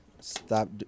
stop